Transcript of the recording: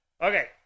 Okay